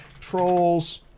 Trolls